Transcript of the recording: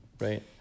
right